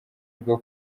bwo